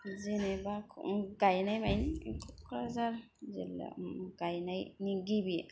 जेनेबा गायनाय मानि क'क्राझार जिल्लायाव गायनायनि गिबि